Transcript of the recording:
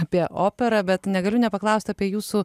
apie operą bet negaliu nepaklaust apie jūsų